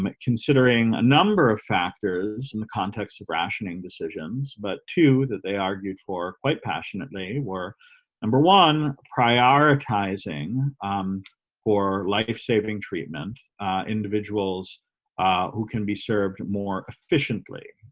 um considering a number of factors in the context of rationing decisions but two that they argued for quite passionately were number one prioritizing for life-saving treatment individuals who can be served more efficiently.